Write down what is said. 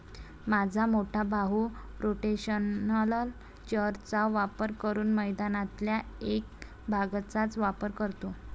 माझा मोठा भाऊ रोटेशनल चर चा वापर करून मैदानातल्या एक भागचाच वापर करतो